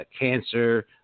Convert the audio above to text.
cancer